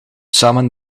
samen